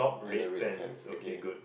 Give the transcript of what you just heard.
and the red pets they came